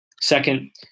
Second